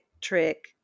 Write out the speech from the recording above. trick